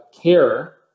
care